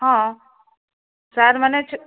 ହଁ ସାର୍ମାନେ